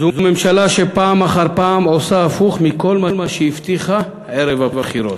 זו ממשלה שפעם אחר פעם עושה הפוך מכל מה שהבטיחה ערב הבחירות.